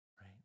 right